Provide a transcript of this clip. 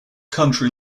country